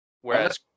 Whereas